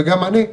וגם אני,